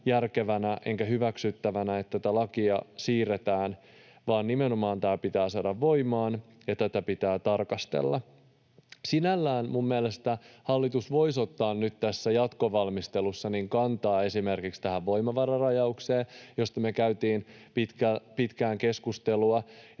järkevänä enkä hyväksyttävänä, että tätä lakia siirretään, vaan nimenomaan tämä pitää saada voimaan ja tätä pitää tarkastella. Sinällään minun mielestäni hallitus voisi ottaa nyt tässä jatkovalmistelussa kantaa esimerkiksi tähän voimavararajaukseen, josta me käytiin pitkään keskustelua.